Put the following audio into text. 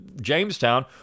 Jamestown